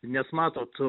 nes matot